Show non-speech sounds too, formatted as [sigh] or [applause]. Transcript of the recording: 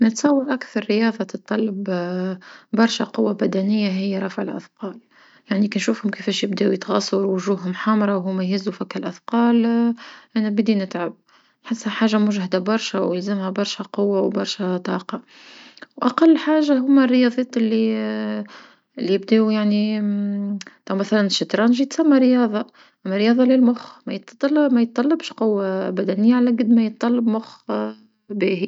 نتصور أكثر رياضة تطلب [hesitation] برشا قوة بدنية هيا رفع الأثقال، يعني كي نشوفهم كفاش يبداو يتعصرو وجوهم حمرة وهما يهزون في كي أثقال [hesitation] أنا نبدي نتعب، نحسها حاجة مجهدة برشا ويلزملها برشا قوة وبرشا طاقة، وأقل حاجة هما الريضات اللي [hesitation] اللي يبداو يعني [hesitation] توا مثلا الشطرنج يسما رياضة أما رياضة للمخ ما يتط- ما يطلبش قوة بدية على قد ما يطلب مخ [hesitation] باهي.